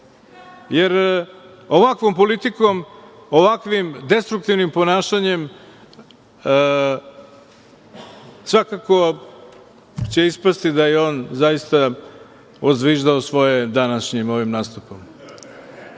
jer ovakvom politikom, ovakvim destruktivnim ponašanjem svakako će ispasti da je on zaista odzviždao svoje današnjim nastupom